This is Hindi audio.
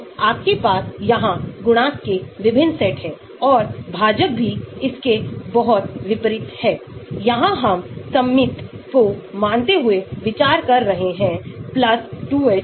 तो अगर आपके पास बहुत उच्च सिग्मा है तो हमारे पास बहुत ही उच्च सिग्मा है आप log 1 c से भी ऊपर जा रहे हैं इसका मतलब है कि गतिविधि